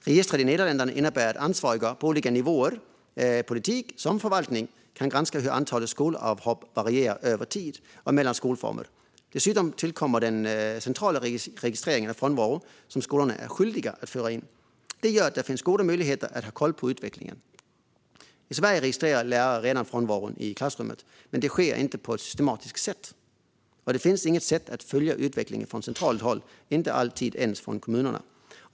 Registret i Nederländerna innebär att ansvariga på olika nivåer, inom politik såväl som förvaltning, kan granska hur antalet skolavhopp varierar över tid och mellan skolformer. Dessutom tillkommer den centrala registreringen av frånvaro som skolorna är skyldiga att föra in. Detta gör att det finns goda möjligheter att hålla koll på utvecklingen. I Sverige registrerar lärare redan frånvaron i klassrummet, men det sker inte på ett systematiskt sätt. Det finns heller inget sätt att följa utveckling från centralt håll, inte alltid ens i kommunerna.